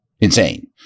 insane